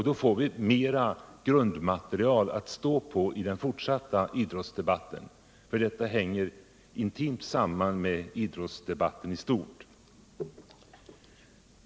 Då får vi fram material som vi kan använda i den fortsatta idrottsdebatten.